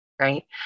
right